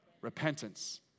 Repentance